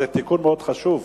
זה תיקון מאוד חשוב,